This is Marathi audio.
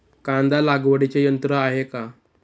कांदा लागवडीचे यंत्र आहे का?